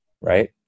right